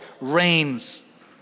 reigns